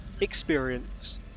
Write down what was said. experience